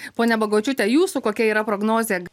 ponia bagočiūte jūsų kokia yra prognozė